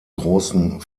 großen